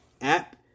app